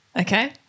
okay